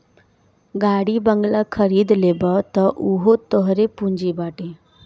गाड़ी बंगला खरीद लेबअ तअ उहो तोहरे पूंजी बाटे